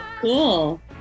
Cool